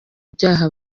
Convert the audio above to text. byaha